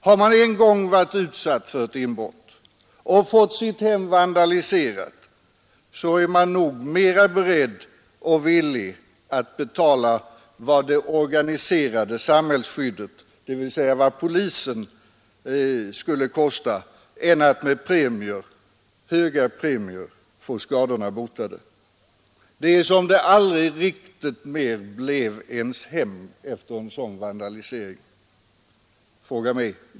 Har man en gång varit utsatt för inbrott och fått sitt hem vandaliserat, är man nog mera beredd och villig att betala vad det organiserade samhällsskyddet, dvs. polisen, skulle kosta än att med höga premier få skadorna botade. Det är som om det aldrig riktigt blev ens hem igen efter en sådan vandalisering. Fråga mig!